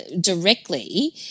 directly